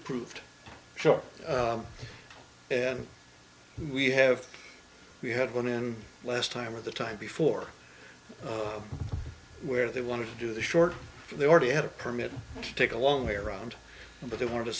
approved show and we have we had one in less time or the time before where they wanted to do the short they already had a permit to take a long way around but they wanted to